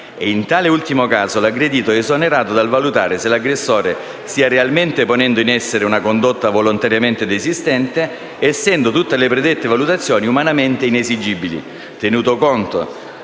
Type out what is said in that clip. In tale ultimo caso l'aggredito è esonerato dal valutare se l'aggressore stia realmente ponendo in essere una condotta volontariamente desistente essendo tutte le predette valutazioni umanamente inesigibili, tenuto conto